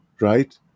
right